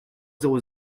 zéro